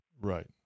Right